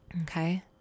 Okay